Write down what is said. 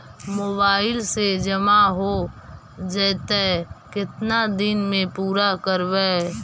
Mobile से जामा हो जैतय, केतना दिन में पुरा करबैय?